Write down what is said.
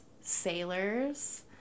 sailors